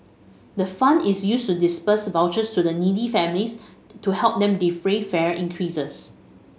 the fund is used to disburse vouchers to needy families to help them defray fare increases